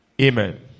Amen